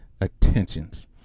attentions